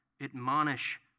admonish